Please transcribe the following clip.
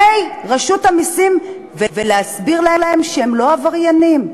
רשות המסים ולהסביר להם שהם לא עבריינים.